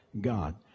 god